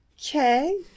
Okay